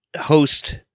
host